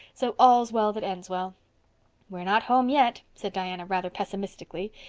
so all's well that ends well we're not home yet, said diana rather pessimistically,